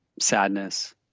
sadness